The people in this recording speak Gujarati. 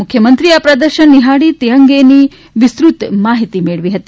મુખ્યમંત્રીએ આ પ્રદર્શન નિહાળી તે અંગે વિસ્તૃત માહિતી મેળવી હતી